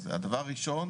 תמיד יש האופציה הזאת.